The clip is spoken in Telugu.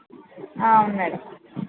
ఆ అవును మేడం